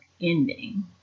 ending